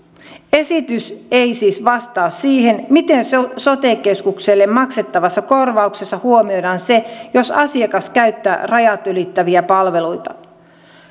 esitys ei vastaa siihen miten sote keskukselle maksettavassa korvauksessa huomioidaan se jos asiakas käyttää rajat ylittäviä palveluita